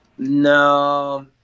No